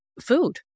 food